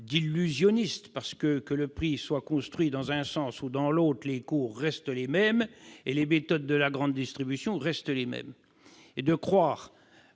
d'illusionniste. En effet, que le prix soit construit dans un sens ou dans l'autre, les cours et les méthodes de la grande distribution restent les mêmes. Croire